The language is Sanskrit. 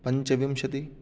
पञ्चविंशतिः